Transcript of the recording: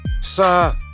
Sir